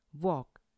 walk